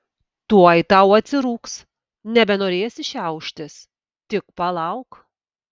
tuoj tau atsirūgs nebenorėsi šiauštis tik palauk